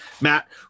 Matt